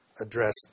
address